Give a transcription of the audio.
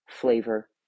flavor